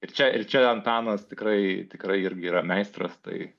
ir čia ir čia antanas tikrai tikrai irgi yra meistras tai